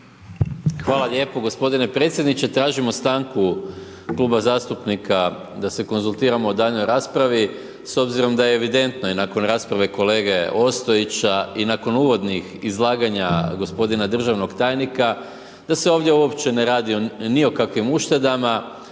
Hvala lijepo g. predsjedniče. Tražimo stanku Kluba zastupnika da se konzultiramo u daljnjoj raspravi s obzirom da je evidentno i nakon rasprave kolege Ostojića i nakon uvodnih izlaganja g. državnog tajnika, da se ovdje uopće ne radi ni o kakvim uštedama,